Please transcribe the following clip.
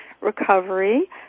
recovery